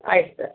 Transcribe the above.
ಆಯ್ತು ಸರ್